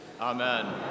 amen